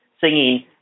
singing